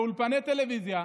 באולפני טלוויזיה,